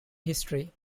history